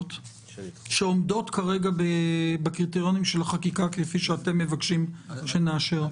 שעומדות כרגע בקריטריונים של החקיקה שאתם מבקשים שנאשר?